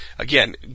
Again